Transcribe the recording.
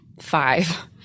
five –